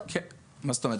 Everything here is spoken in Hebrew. כן, מה זאת אומרת?